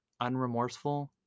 unremorseful